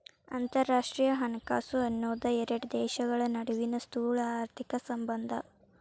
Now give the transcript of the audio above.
ಅಂತರರಾಷ್ಟ್ರೇಯ ಹಣಕಾಸು ಅನ್ನೋದ್ ಎರಡು ದೇಶಗಳ ನಡುವಿನ್ ಸ್ಥೂಲಆರ್ಥಿಕ ಸಂಬಂಧ